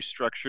restructured